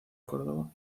córdoba